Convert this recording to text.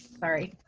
sorry.